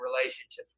relationships